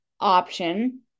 option